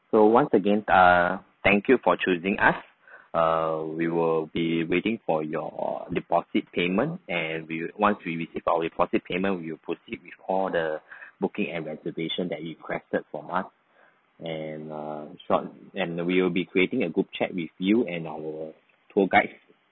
so once again err thank you for choosing us err we will be waiting for your deposit payment and we'll once we received our deposit payment we will proceed with all the booking and reservation that you requested from us and err short and we'll be creating a group chat with you and our tour guides